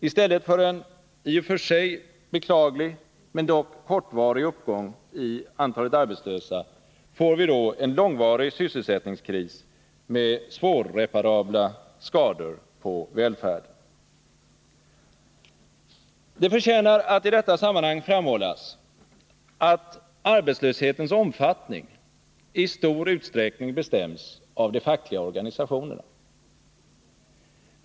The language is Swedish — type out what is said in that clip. I stället för en i och för sig beklaglig men dock kortvarig uppgång i antalet arbetslösa får vi då en långvarig sysselsättnigskris med svårreparabla skador på välfärden. Det förtjänar att i detta sammanhang framhållas att arbetslöshetens omfattning i stor utsträckning bestäms av de fackliga organisationerna.